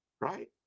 right